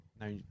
no